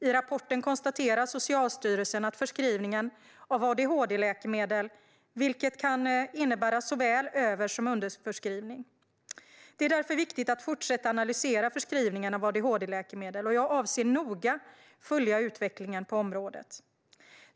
I rapporten konstaterar Socialstyrelsen att förskrivningen av adhd-läkemedel kan innebära såväl över som underförskrivning. Det är därför viktigt att fortsätta analysera förskrivningen av adhd-läkemedel, och jag avser att noga följa utvecklingen på området.